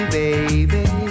baby